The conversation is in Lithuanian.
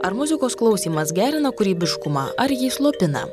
ar muzikos klausymas gerina kūrybiškumą ar jį slopina